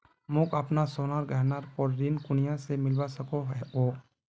मोक अपना सोनार गहनार पोर ऋण कुनियाँ से मिलवा सको हो?